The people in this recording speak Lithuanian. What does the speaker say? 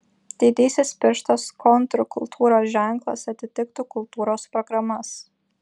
didysis pirštas kontrkultūros ženklas atitiktų kultūros programas